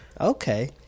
Okay